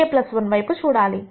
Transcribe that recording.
వైపు చూడాలి